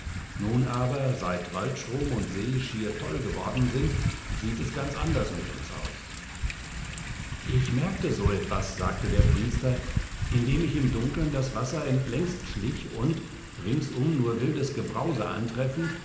nun aber seit waldstrom und see schier toll geworden sind sieht es ganz anders mit uns aus ich merkte so etwas sagte der priester indem ich im dunkeln das wasser entlängst schlich und ringsum nur wildes gebrause antreffend